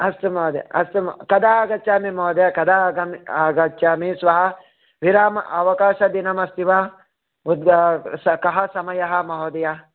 अस्तु महोदय अस्तु कदा आगच्छामि महोदय कदा आगच्छामि श्वः विरामः अवकाशदिनम् अस्ति वा कः समयः महोदय